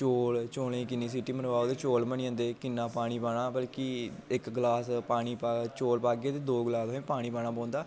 चोल चोलें गी कि'न्नी सीटी मरवाओ ते चोल बनी जंदे कि'न्ना पानी पाना कि इक गलास चोल पाह्गे ते दो गलास तुसें पानी पाना पौंदा